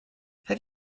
have